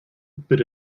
but